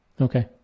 Okay